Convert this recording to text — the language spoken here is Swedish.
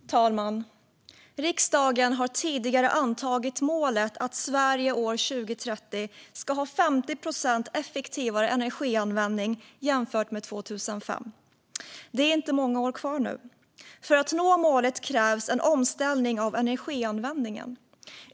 Fru talman! Riksdagen har tidigare antagit målet att Sverige år 2030 ska ha 50 procent effektivare energianvändning jämfört med 2005. Det är inte många år kvar nu. För att nå målet krävs en omställning av energianvändningen.